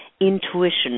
intuition